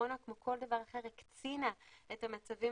הקורונה כמו כל דבר אחר הקצינה את המצבים